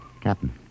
Captain